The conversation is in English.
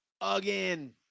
again